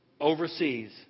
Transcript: overseas